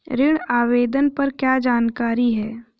ऋण आवेदन पर क्या जानकारी है?